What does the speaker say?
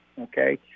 Okay